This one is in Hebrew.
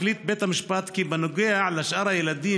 החליט בית המשפט כי בנוגע לשאר הילדים